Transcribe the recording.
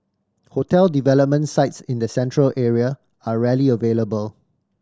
hotel development sites in the Central Area are rarely available